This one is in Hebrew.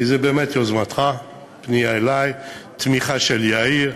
כי זאת באמת יוזמתך, פנייה אלי, תמיכה של יאיר,